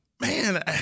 Man